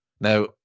Now